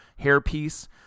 hairpiece